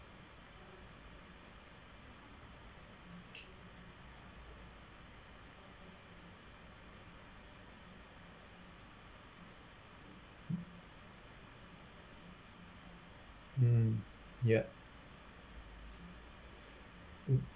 mm ya mm